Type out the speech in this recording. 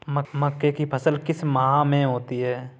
मक्के की फसल किस माह में होती है?